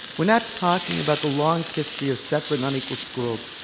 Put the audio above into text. we're not talking about the long history of separate and unequal schools.